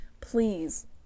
please